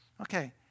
Okay